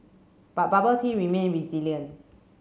but bubble tea remained resilient